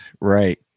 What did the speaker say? Right